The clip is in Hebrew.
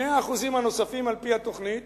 ה-2% הנוספים על-פי התוכניות